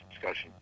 discussion